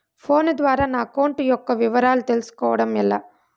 Phone ద్వారా నా account యొక్క వివరాలు తెలుస్కోవడం ఎలా?